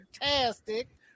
Fantastic